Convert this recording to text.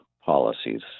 policies